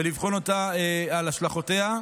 ולבחון אותה על השלכותיה.